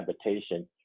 habitation